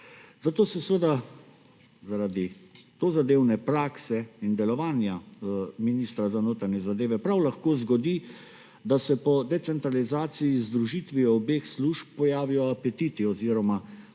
Zato se seveda zaradi tozadevne prakse in delovanja ministra za notranje zadeve prav lahko zgodi, da se po decentralizaciji z združitvijo obeh služb pojavijo apetiti oziroma odprejo